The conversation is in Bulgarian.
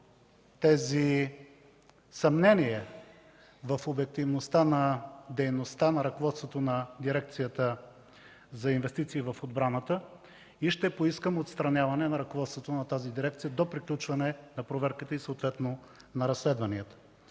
тези съмнения в обективността на дейността на ръководството на дирекцията за инвестиции в отбраната и ще поискам отстраняване на ръководството на тази дирекция до приключване на проверката и съответно на разследванията.